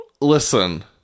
listen